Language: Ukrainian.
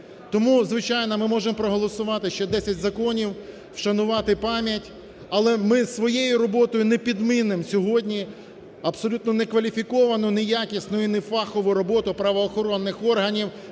Тому, звичайно, ми можемо проголосувати ще 10 законів, вшанувати пам'ять, але ми своєю роботою не підмінимо сьогодні абсолютно некваліфіковану, неякісну і нефахову роботу правоохоронних органів,